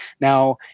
Now